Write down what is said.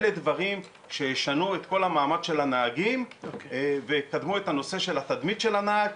אלה דברים שישנו את המעמד של הנהגים ויקדמו את הנושא של התדמית של הנהג.